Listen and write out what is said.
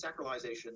sacralization